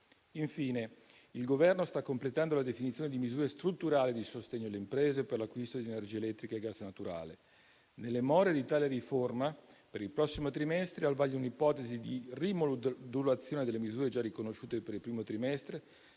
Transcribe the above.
Infine, il Governo sta completando la definizione di misure strutturali di sostegno alle imprese per l'acquisto di energia elettrica e gas naturale. Nelle more di tale riforma, per il prossimo trimestre è al vaglio un'ipotesi di rimodulazione delle misure già riconosciute per il primo trimestre